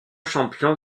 champion